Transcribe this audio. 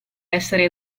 essere